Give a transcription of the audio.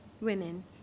women